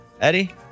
Eddie